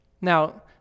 Now